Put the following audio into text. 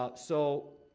ah so,